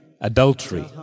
adultery